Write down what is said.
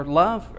love